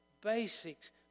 basics